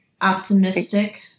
optimistic